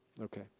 okay